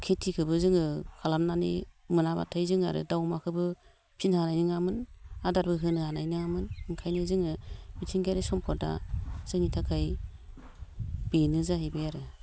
खिथिखोबो जोङो खालामनानै मोनाब्लाथाय जों आरो दाउ अमाखौबो फिनो हानाय नङामोन आदारबो होनो हानाय नङामोन ओंखायनो जोङो मिथिंगायारि सम्फदा जोंनि थाखाय बेनो जाहैबाय आरो